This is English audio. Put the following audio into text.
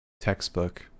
textbook